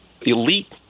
elite